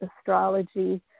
astrology